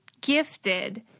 gifted